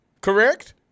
correct